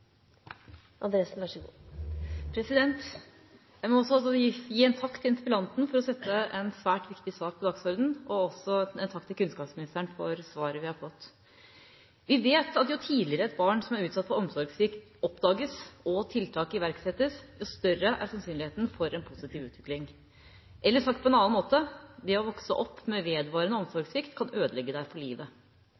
for å sette en svært viktig sak på dagsordenen – og også en takk til kunnskapsministeren for svaret vi har fått. Vi vet at jo tidligere et barn som er utsatt for omsorgssvikt, oppdages og tiltak iverksettes, jo større er sannsynligheten for en positiv utvikling. Eller sagt på en annen måte: Det å vokse opp med vedvarende